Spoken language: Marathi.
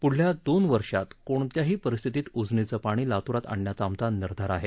पुढच्या दोन वर्षात कोणत्याही परिस्थितीत उजनीचं पाणी लातूरात आणण्याचा आमचा निर्धार आहे